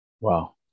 Wow